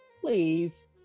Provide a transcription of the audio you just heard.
please